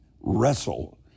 wrestle